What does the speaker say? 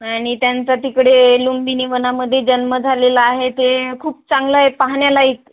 आणि त्यांचा तिकडे लुंबिनी वनामध्ये जन्म झालेला आहे ते खूप चांगलं आहे पाहण्यालायक